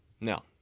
now